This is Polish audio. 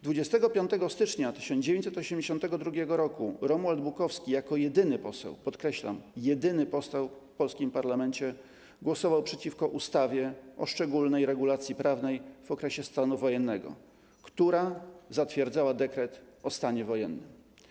25 stycznia 1982 r. Romuald Bukowski jako jedyny poseł, podkreślam: jedyny poseł, w polskim parlamencie głosował przeciwko ustawie o szczególnej regulacji prawnej w okresie stanu wojennego, która zatwierdzała dekret o stanie wojennym.